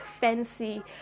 fancy